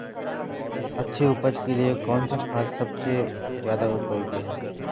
अच्छी उपज के लिए कौन सा खाद सबसे ज़्यादा उपयोगी है?